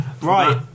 right